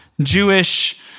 Jewish